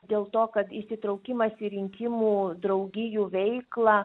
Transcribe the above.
dėl to kad įsitraukimas į rinkimų draugijų veiklą